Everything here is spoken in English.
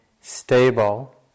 stable